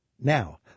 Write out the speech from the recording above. Now